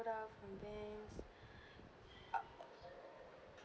and then uh